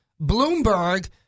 Bloomberg